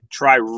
try